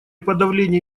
подавлении